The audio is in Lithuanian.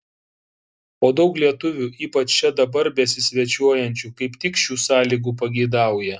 o daug lietuvių ypač čia dabar besisvečiuojančių kaip tik šių sąlygų pageidauja